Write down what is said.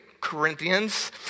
Corinthians